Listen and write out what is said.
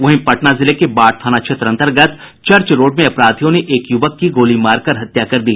वहीं पटना जिले के बाढ़ थाना क्षेत्र अंतर्गत चर्च रोड में अपराधियों ने एक युवक की गोली मारकर हत्या कर दी